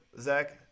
Zach